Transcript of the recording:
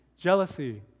jealousy